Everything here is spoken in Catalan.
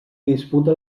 disputa